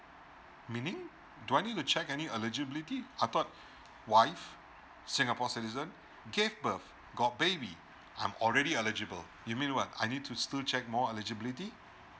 meaning do I need to check any eligibility I thought wife singapore citizen gave birth got baby I'm already eligible you mean what I need to still check more eligibility